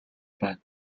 байна